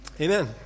Amen